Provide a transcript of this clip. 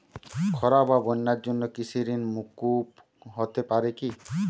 খরা বা বন্যার জন্য কৃষিঋণ মূকুপ হতে পারে কি?